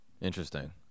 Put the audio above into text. Interesting